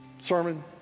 sermon